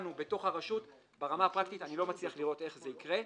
לטובת הרשות באופן פרקטי אני לא מצליח לראות איך זה יקרה.